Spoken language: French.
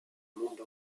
monde